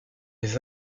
les